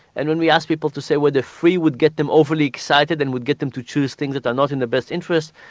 and when we ask people to say whether free would get them overly excited and would get them to choose things that are not in their best interest,